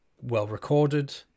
Well-recorded